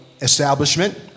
Establishment